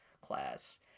class